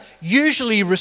usually